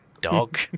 dog